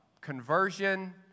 conversion